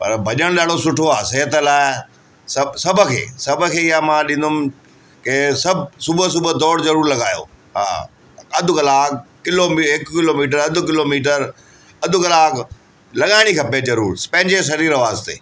पर भजण ॾाढो सुठो आहे सिहतु लाइ सभु सभु खे सभु खे हीअ मां ॾींदुमि के सभु सुबुह सुबुह दौड़ ज़रूर लॻायो हा अधि कलाकु किलोमी हिकु किलोमीटर अधि किलोमीटर अधि कलाकु लॻाइण ही खपे ज़रूर पंहिंजे शरीर वास्ते